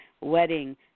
wedding